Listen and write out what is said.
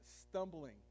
stumbling